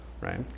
right